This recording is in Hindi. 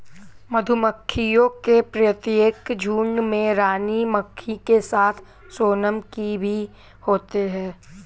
मधुमक्खियों के प्रत्येक झुंड में रानी मक्खी के साथ सोनम की भी होते हैं